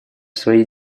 свои